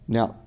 Now